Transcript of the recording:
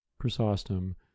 Chrysostom